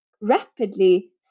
rapidly